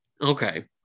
Okay